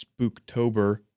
Spooktober